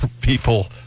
people